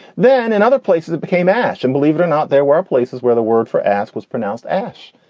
then in other places it became ash. and believe it or not, there were places where the word for ass was pronounced ash,